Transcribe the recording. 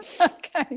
Okay